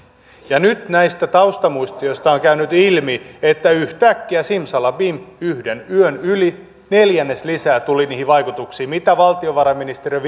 nyt näistä taustamuistioista on käynyt ilmi että yhtäkkiä simsalabim yhden yön yli neljännes lisää tuli niihin vaikutuksiin mitä valtiovarainministeriön